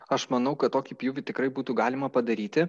aš manau kad tokį pjūvį tikrai būtų galima padaryti